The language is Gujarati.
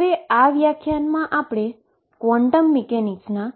તો હવે આ વ્યાખ્યાનમા આપણે ક્વોંટમ મિકેનિક્સના